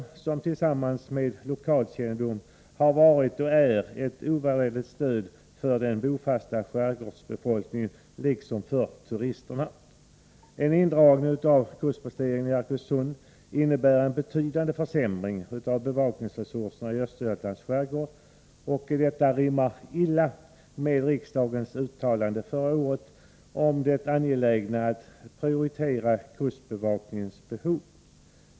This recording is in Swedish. Kustposteringen har här tack vare sin lokalkännedom varit, och är fortfarande, ett ovärderligt stöd för den bofasta skärgårdsbefolkningen, liksom för turisterna. En indragning av kustposteringen i Arkösund innebär en betydande försämring av bevakningsresurserna i Östergötlands skärgård. Detta rimmar illa med riksdagens uttalande förra året om det angelägna i att prioritera kustbevakningens behov.